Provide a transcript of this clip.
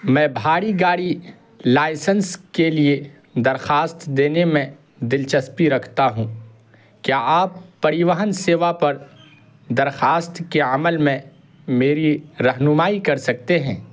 میں بھاری گاڑی لائسنس کے لیے درخواست دینے میں دلچسپی رکھتا ہوں کیا آپ پریواہن سیوا پر درخواست کے عمل میں میری رہنمائی کر سکتے ہیں